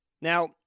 Now